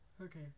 Okay